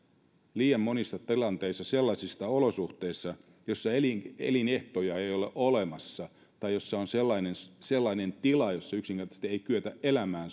liian monissa tilanteissa sellaisista olosuhteista joissa elinehtoja ei ole olemassa tai joissa on sellainen sellainen tila jossa yksinkertaisesti ei kyetä elämään